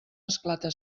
esclata